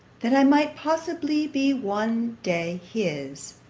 that i might possibly be one day his.